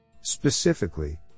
Specifically